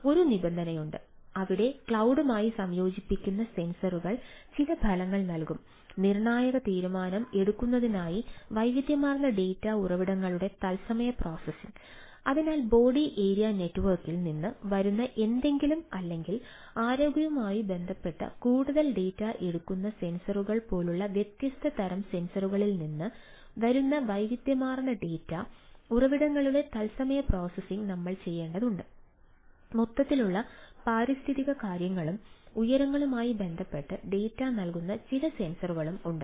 ഒരു നിബന്ധനയുണ്ട് അവിടെ ക്ലൌഡുമായി നൽകുന്ന ചില സെൻസറുകളും ഉണ്ട്